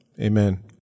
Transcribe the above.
Amen